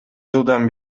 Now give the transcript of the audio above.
жылдан